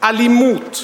אלימות?